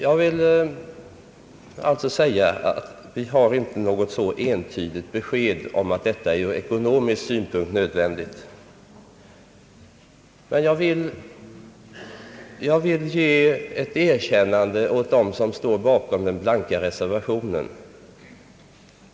Vi har alltså inte något entydigt besked om att en utbyggnad av Vindelälven är nödvändig ur ekonomisk synpunkt. Jag vill ge ett erkännande åt dem som står bakom den blanka reservationen.